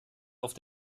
auf